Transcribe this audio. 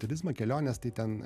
turizmą keliones tai ten